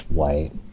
white